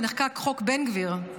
ונחקק "חוק בן גביר",